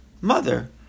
mother